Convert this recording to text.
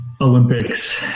Olympics